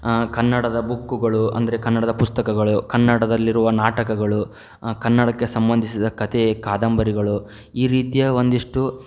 ಕನ್ನಡದ ಬುಕ್ಕುಗಳು ಅಂದ್ರೆ ಕನ್ನಡದ ಪುಸ್ತಕಗಳು ಕನ್ನಡಲ್ಲಿರುವ ನಾಟಕಗಳು ಕನ್ನಡಕ್ಕೆ ಸಂಬಂಧಿಸಿದ ಕತೆ ಕಾದಂಬರಿಗಳು ಈ ರೀತಿಯ ಒಂದಿಷ್ಟು